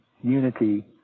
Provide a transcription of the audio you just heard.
unity